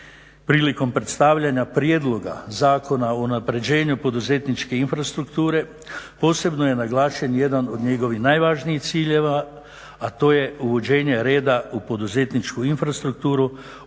prilikom predstavljanja prijedloga Zakona o unapređenju poduzetničke infrastrukture posebno je naglašen jedan od njegovih najvažnijih ciljeva, a to je uvođenje reda u poduzetničku infrastrukturu,